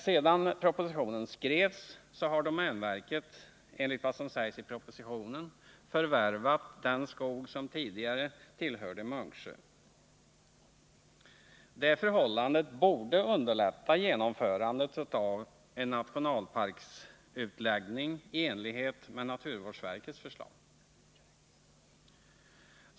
Sedan propositionen skrevs har domänverket förvärvat den skog som tidigare tillhörde Munksjö. Det förhållandet borde underlätta genomförandet av en nationalparksutläggning i enlighet med naturvårdsverkets förslag.